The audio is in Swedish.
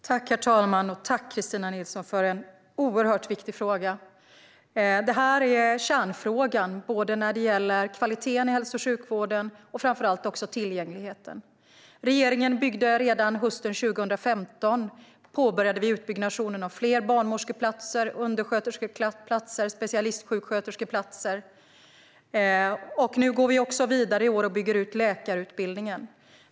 Herr talman! Tack, Kristina Nilsson, för en oerhört viktig fråga! Detta är kärnfrågan när det gäller kvaliteten i hälso och sjukvården och framför allt tillgängligheten. Redan hösten 2015 påbörjade regeringen utbyggnaden för att få fler barnmorskeplatser, undersköterskeplatser och specialistsjuksköterskeplatser. I år går vi vidare och bygger ut läkarutbildningen.